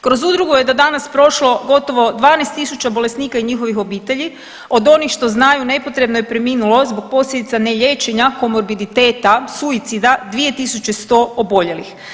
Kroz udrugu je do danas prošlo gotovo 12000 bolesnika i njihovih obitelji od onih što znaju nepotrebno je preminulo zbog posljedica neliječenja komorbiditeta, suicida 2100 oboljelih.